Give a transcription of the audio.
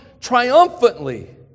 triumphantly